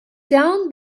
down